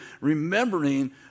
remembering